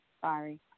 sorry